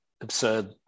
absurd